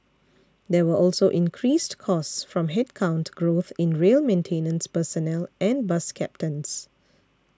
there were also increased costs from headcount growth in rail maintenance personnel and bus captains